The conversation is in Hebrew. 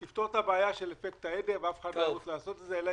אייל?